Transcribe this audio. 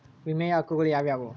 ವಿಮೆಯ ಹಕ್ಕುಗಳು ಯಾವ್ಯಾವು?